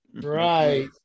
Right